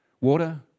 water